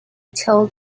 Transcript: told